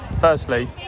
firstly